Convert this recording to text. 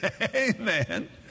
Amen